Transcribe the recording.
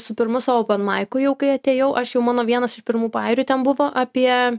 su pirmu savo openmaiku jau kai atėjau aš jau mano vienas iš pirmų bajerių ten buvo apie